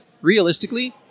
realistically